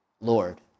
Lord